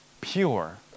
Pure